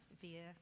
via